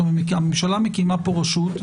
הממשלה מקימה פה רשות,